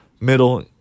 Middle